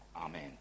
Amen